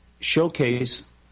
showcase